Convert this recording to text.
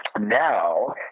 Now